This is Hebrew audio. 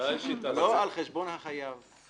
לא על חשבון החייב.